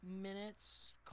minutes